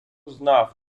знав